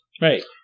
Right